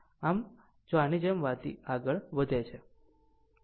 આમ બધે જ જો આની જેમ આગળ વધી શકે